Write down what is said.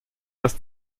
das